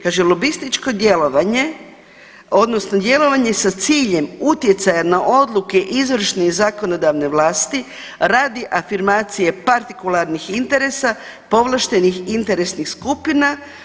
Kaže lobističko djelovanja odnosno djelovanje sa ciljem utjecaja na odluke izvršne i zakonodavne vlasti radi afirmacije partikularnih interesa povlaštenih interesnih skupina.